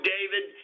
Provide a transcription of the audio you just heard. David